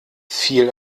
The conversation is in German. viel